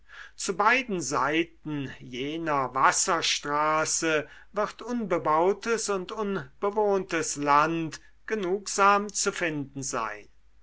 zu beiden seiten jener wasserstraße wird unbebautes und unbewohntes land genugsam zu finden sein